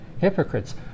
Hypocrites